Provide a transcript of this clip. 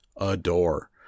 adore